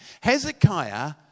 Hezekiah